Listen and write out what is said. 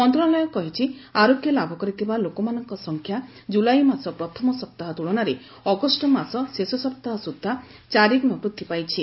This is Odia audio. ମନ୍ତ୍ରଣାଳୟ କହିଛି ଆରୋଗ୍ୟ ଲାଭ କରିଥିବା ଲୋକମାନଙ୍କ ସଂଖ୍ୟା ଜୁଲାଇ ମାସ ପ୍ରଥମ ସପ୍ତାହ ତୁଳନାରେ ଅଗଷ୍ଟ ମାସ ଶେଷ ସପ୍ତାହ ସୁଦ୍ଧା ଚାରିଗୁଣ ବୃଦ୍ଧି ପାଇଛି